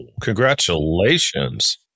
Congratulations